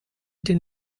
den